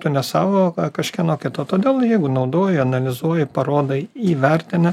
tu ne savo kažkieno kito todėl jeigu naudoji analizuoji parodai įvertini